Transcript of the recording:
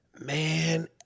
Man